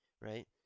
right